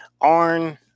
Arn